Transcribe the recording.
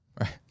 Right